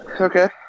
Okay